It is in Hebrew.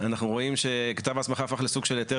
אנחנו רואים שכתב ההסמכה הפך לסוג של היתר